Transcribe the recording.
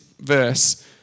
verse